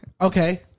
Okay